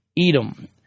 Edom